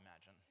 imagine